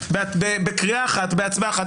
בהצבעה אחת.